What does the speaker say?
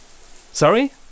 Sorry